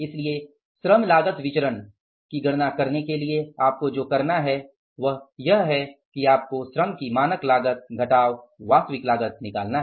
इसलिए श्रम लागत विचरण की गणना करने के लिए आपको जो करना है वह यह है कि आपको श्रम की मानक लागत घटाव वास्तविक लागत निकालना है